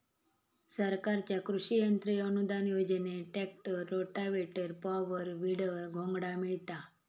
सरकारच्या कृषि यंत्र अनुदान योजनेत ट्रॅक्टर, रोटावेटर, पॉवर, वीडर, घोंगडा मिळता